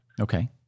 Okay